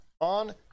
on